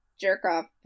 jerk-off